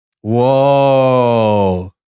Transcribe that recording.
Whoa